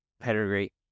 pedigree